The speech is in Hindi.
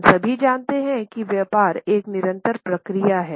हम सभी जानते हैं कि व्यापार एक निरंतर प्रक्रिया है